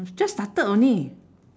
just started only